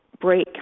Break